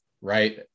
right